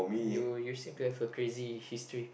you you seem to have a crazy history